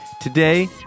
Today